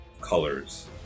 colors